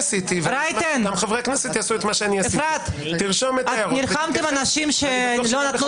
גם חברי כנסת יעשו מה שעשיתי - תרשום את ההערות שלך ותתייחס.